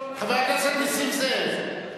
חבר הכנסת נסים זאב.